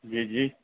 جی جی